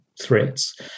threats